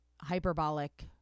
hyperbolic